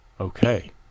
Okay